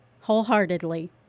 wholeheartedly